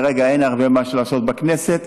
כרגע אין הרבה מה לעשות בכנסת,